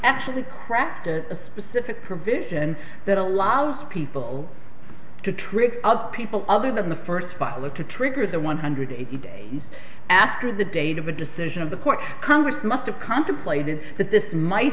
actually cracked a specific provision that allows people to trick of people other than the first pilot to trigger the one hundred eighty days after the date of a decision of the court congress must have contemplated that this might